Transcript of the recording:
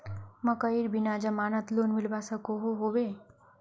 मकईर बिना जमानत लोन मिलवा सकोहो होबे?